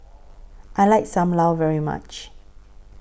I like SAM Lau very much